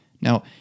Now